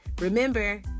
Remember